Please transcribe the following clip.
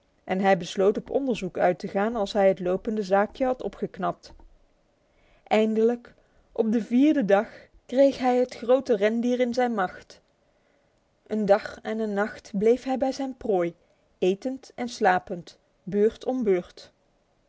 en hij besloot op onderzoek uit te gaan als hij het lopende zaakje had opgeknapt eindelijk op de vierde dag kreeg hij het grote rendier in zijn macht een dag en een nacht bleef hij bij zijn prooi etend en slapend beurt om beurt